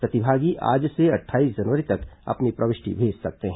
प्रतिभागी आज से अट्ठाईस जनवरी तक अपनी प्रविष्टि भेज सकते हैं